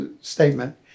statement